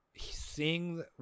seeing